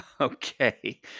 Okay